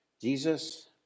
Jesus